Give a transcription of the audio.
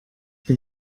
bin